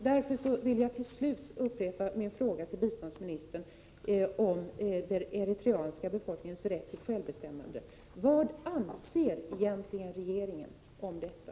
Därför vill jag till slut upprepa min fråga till biståndsministern om den eritreanska befolkningens rätt till självbestämmande: Vad anser regeringen om detta?